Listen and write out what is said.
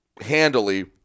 handily